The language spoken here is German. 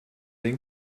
den